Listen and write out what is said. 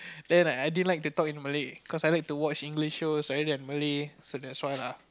then like I didn't like to talk in Malay cause I like to watch English shows and I already have Malay so that's why lah